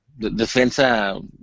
Defensa